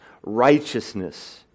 righteousness